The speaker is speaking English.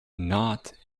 not